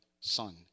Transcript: son